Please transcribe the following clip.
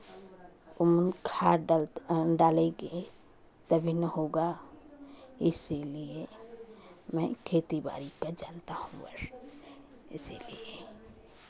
खाद डल डालेंगे तभी ना होगा इसीलिए मैं खेती बारी करना जानता हूँ बस इसीलिए